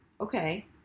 okay